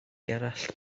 gerallt